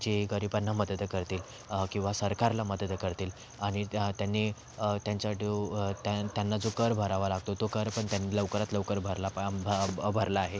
जे गरिबाना मदत करतील किंवा सरकारला मदत करतील आणि तर त्यांनी त्यांच्या डो त्यां त्यांना जो कर भरावा लागतो तो कर पण त्या लवकरात लवकर भरला पां भं भरला आहे